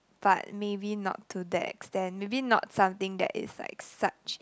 but maybe not to that extend maybe not something that is like such